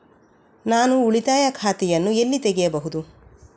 ನಾನು ಉಳಿತಾಯ ಖಾತೆಯನ್ನು ಎಲ್ಲಿ ತೆಗೆಯಬಹುದು?